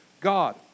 god